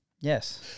Yes